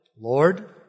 Lord